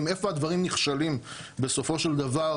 שעזרו לו לאורך כל השנים עד לפני כמה החודשים לעשות עבודה